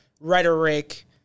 rhetoric